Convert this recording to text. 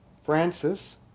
Francis